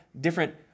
different